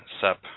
SEP